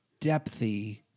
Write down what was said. depthy